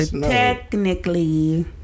Technically